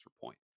point